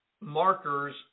markers